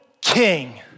king